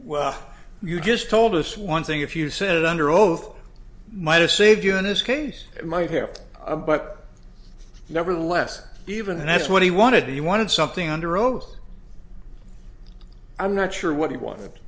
well you just told us one thing if you said under oath might a save you in this case it might help but nevertheless even though that's what he wanted he wanted something under oath i'm not sure what he wanted